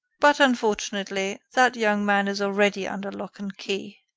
but, unfortunately, that young man is already under lock and key.